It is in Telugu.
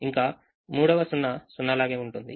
ఇంకా మూడవ 0 0 లాగే ఉంటుంది